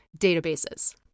databases